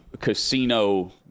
casino